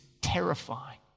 terrifying